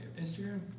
Instagram